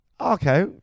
Okay